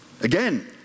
Again